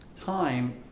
time